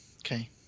Okay